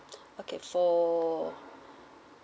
okay for